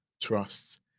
trusts